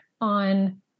on